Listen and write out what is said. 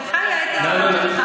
לך היה את הזמן,